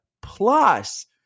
Plus